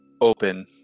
open